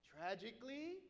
tragically